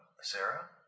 Sarah